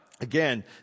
Again